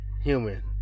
human